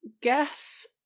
guess